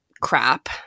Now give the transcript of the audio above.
crap